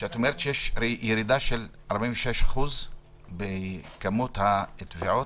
כשאת אומרת שיש ירידה של 46% בכמות התביעות,